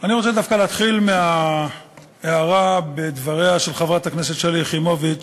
אני רוצה דווקא להתחיל מההערה בדבריה של חברת הכנסת שלי יחימוביץ,